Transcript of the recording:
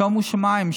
שומו שמיים,